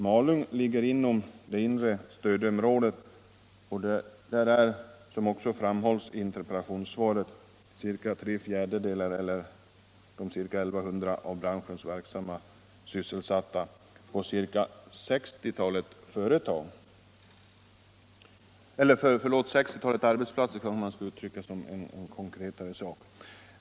Malung ligger inom det inre stödområdet, och där är — som också framhålls i interpellationssvaret — ca tre fjärdedelar eller ca 1100 av branschens verksamma sysselsatta på ca sextiotalet arbetsplatser.